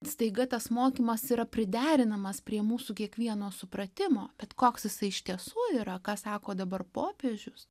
staiga tas mokymas yra priderinamas prie mūsų kiekvieno supratimo bet koks jisai iš tiesų yra ką sako dabar popiežius